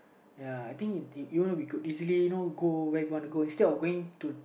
ya I think if if you want you could easily go where you want to go instead of going to